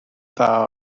dda